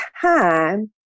time